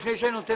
לפני שאני מאפשר